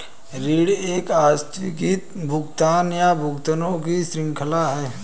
ऋण एक आस्थगित भुगतान, या भुगतानों की श्रृंखला है